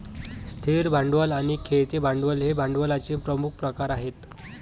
स्थिर भांडवल आणि खेळते भांडवल हे भांडवलाचे प्रमुख प्रकार आहेत